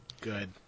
Good